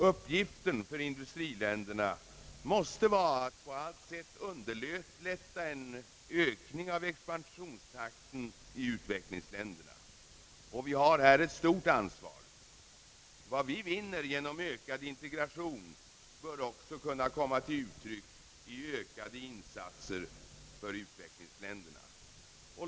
Uppgiften för industriländerna måste vara att på allt sätt underlätta en ökning av expansionstakten i utvecklingsländerna, och vi har härvidlag ett stort ansvar. Vad vi vinner genom ökad integration bör också kunna komma till uttryck i form av ökade insatser för utvecklingsländerna.